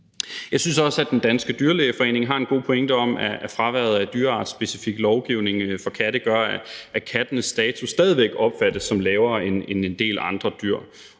Jeg synes også, at Den Danske Dyrlægeforening har en god pointe i, at fraværet af dyreartsspecifik lovgivning for katte gør, at kattenes status stadig væk opfattes som lavere end en del andre dyrs.